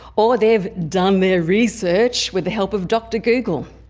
or they've done their research with the help of doctor google.